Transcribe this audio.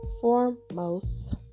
foremost